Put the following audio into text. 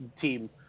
team